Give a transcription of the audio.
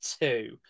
two